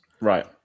Right